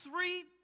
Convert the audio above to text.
three